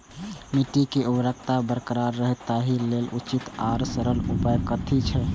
मिट्टी के उर्वरकता बरकरार रहे ताहि लेल उचित आर सरल उपाय कथी छे?